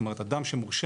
זאת אומרת, אדם שמורשע,